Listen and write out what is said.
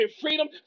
freedom